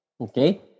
Okay